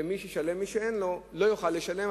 ומי שאין לו לא יוכל לשלם,